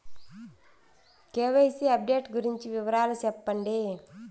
KYC update గురించి వివరాలు సెప్పండి?